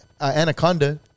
anaconda